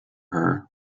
her